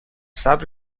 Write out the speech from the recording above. صبر